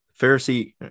Pharisee